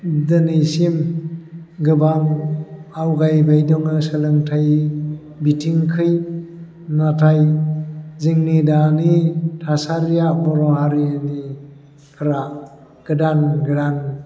दिनैसिम गोबां आवगायबाय दङ सोलोंथाय बिथिंखै नाथाय जोंनि दानि थासारिया बर' हारिफ्रा गोदान गोदान